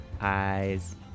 eyes